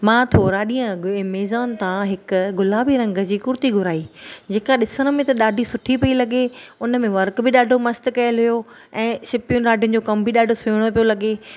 मां थोरा ॾींहुं अॻु ऐमेज़ॉन ता हिकु गुलाबी रंग जी कुर्ती घुराई जेका ॾिसण में त ॾाढी सुठी पई लॻे उन में वर्क़ बि ॾाढो मस्त कयलु हुओ ऐं सिपियूं जो कमु बि ॾाढो सुहिणो पियो लॻे